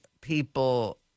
people